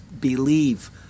believe